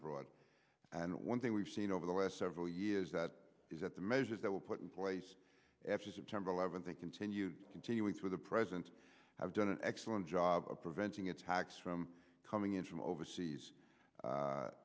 abroad and one thing we've seen over the last several years that is that the measures that were put in place after september eleventh they continue continuing to the president have done an excellent job of preventing attacks from coming in from overseas